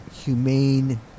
humane